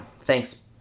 thanks